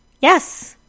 yes